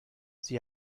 sie